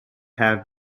have